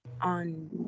on